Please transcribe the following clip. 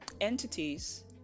entities